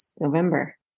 November